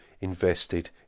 invested